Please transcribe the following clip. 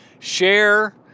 Share